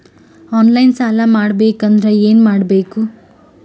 On line ಸಾಲ ಪಡಿಬೇಕಂದರ ಏನಮಾಡಬೇಕು?